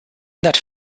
that